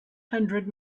hundred